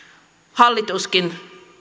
hallituskin